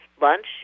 lunch